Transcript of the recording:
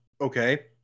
okay